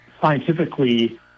scientifically